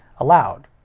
allowed.